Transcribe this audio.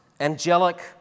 angelic